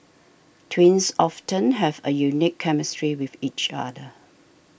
twins often have a unique chemistry with each other